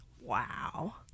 Wow